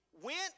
went